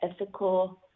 ethical